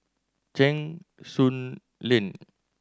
Cheng Soon Lane